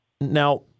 Now